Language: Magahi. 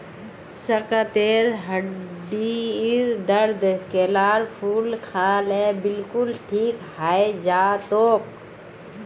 साकेतेर हड्डीर दर्द केलार फूल खा ल बिलकुल ठीक हइ जै तोक